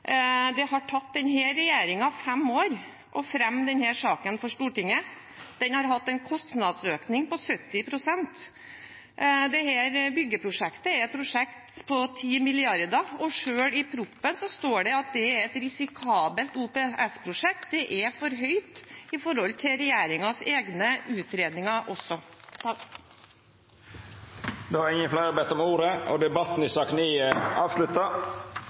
Det har tatt denne regjeringen fem år å fremme denne saken for Stortinget. Den har hatt en kostnadsøkning på 70 pst. Dette byggeprosjektet er et prosjekt på 10 mrd. kr, og selv i proposisjonen står det at det er et risikabelt OPS-prosjekt. Det er for høyt i forhold til regjeringens egne utredninger også. Fleire har ikkje bedt om ordet til sak nr. 9. Etter ønske frå transport- og